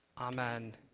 Amen